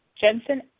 Jensen